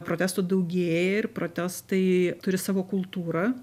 protestų daugėja ir protestai turi savo kultūrą